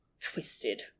twisted